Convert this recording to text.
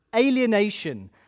alienation